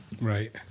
right